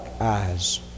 eyes